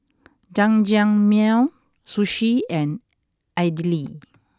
Jajangmyeon Sushi and Idili